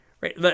right